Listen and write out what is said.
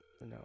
no